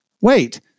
Wait